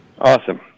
Awesome